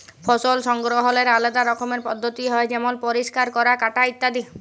ফসল সংগ্রহলের আলেদা রকমের পদ্ধতি হ্যয় যেমল পরিষ্কার ক্যরা, কাটা ইত্যাদি